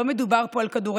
לא מדובר פה על כדורגל